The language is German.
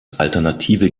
alternative